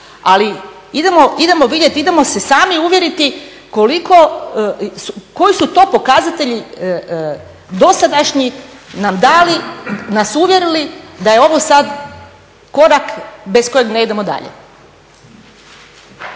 ali idemo vidjeti idemo se sami uvjeriti koji su to pokazatelji dosadašnji nam dali, nas uvjerili da je ovo sada korak bez kojeg ne idemo dalje.